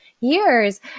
years